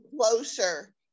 closer